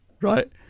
Right